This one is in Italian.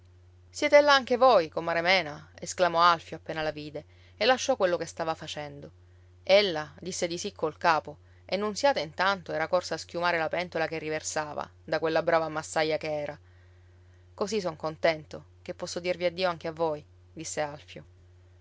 siete là anche voi comare mena esclamò alfio appena la vide e lasciò quello che stava facendo ella disse di sì col capo e nunziata intanto era corsa a schiumare la pentola che riversava da quella brava massaia che era così son contento che posso dirvi addio anche a voi disse alfio